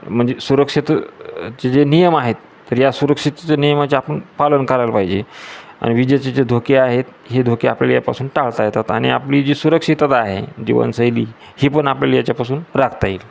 म्हणजे सुरक्षिततेचे जे नियम आहेत तर या सुरक्षिततेच्या नियमाचे आपण पालन करायला पाहिजे आणि विजेचे जे धोके आहेत हे धोके आपल्या यापासून टाळता येतात आणि आपली जी सुरक्षितता आहे जीवनशैली ही पण आपल्याला याच्यापासून राखता येईल